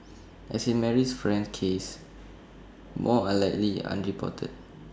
as in Marie's friend's case more are likely unreported